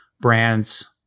brands